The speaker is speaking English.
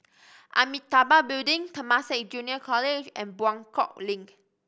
Amitabha Building Temasek Junior College and Buangkok Link